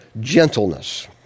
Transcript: Gentleness